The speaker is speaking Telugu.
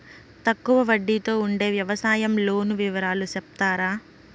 తక్కువ వడ్డీ తో ఉండే వ్యవసాయం లోను వివరాలు సెప్తారా?